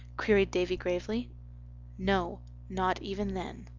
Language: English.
queried davy gravely no, not even then.